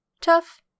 tough